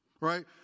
Right